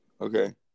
Okay